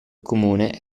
comune